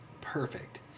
perfect